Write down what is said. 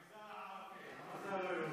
המגזר הערבי, למה "המגזר הלא-יהודי"?